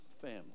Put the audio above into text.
family